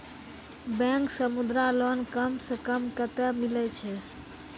Bank से Mudra loan कम सऽ कम कतैय मिलैय छै?